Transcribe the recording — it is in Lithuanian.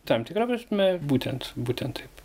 tam tikra prasme būtent būtent taip